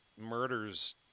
murders